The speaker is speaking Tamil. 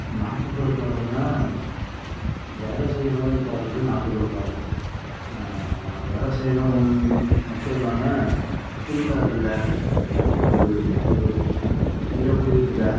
நாட்டுப்புற பாடல்னா வேலை செய்யும்போது பாடுறது நாட்டுப்புறப்பாடல் வேலை செய்யும்போது மட்டும் இல்லாமல் திருவிழாக்களில் ஒரு இறப்பு வீட்டில்